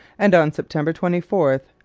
and on september twenty four,